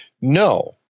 no